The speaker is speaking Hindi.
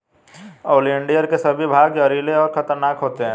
ओलियंडर के सभी भाग जहरीले और खतरनाक होते हैं